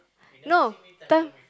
no time